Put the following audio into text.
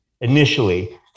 initially